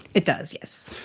it does, yes.